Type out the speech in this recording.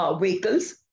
vehicles